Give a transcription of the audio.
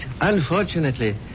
unfortunately